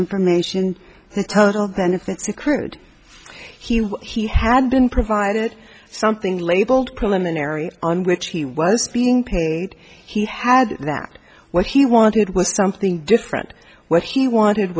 information in total benefits accrued he he had been provided something labeled preliminary on which he was being paid he had that what he wanted was something different what he wanted